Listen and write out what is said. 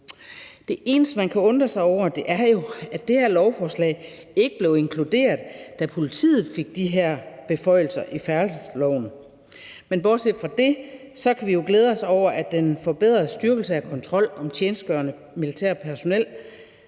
Det eneste, man kan undre sig over, er jo, at det her lovforslag ikke blev inkluderet, da politiet fik de her beføjelser i færdselsloven. Men bortset fra det kan vi jo glæde os over, at den forbedrede styrkelse af kontrol med, om tjenestegørende militært personel